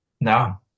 No